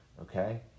okay